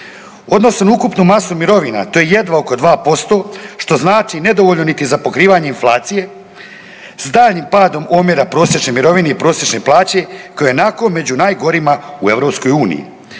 Odnos na ukupnu masu mirovina, to je jedva oko 2%, što znači nedovoljno niti za pokrivanje inflacije, stalnim padom omjera prosječne mirovine i prosječne plaće koja je ionako među najgorima u EU-u.